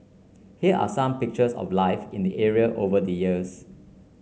here are some pictures of life in the area over the years